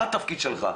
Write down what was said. מה התפקיד שלך?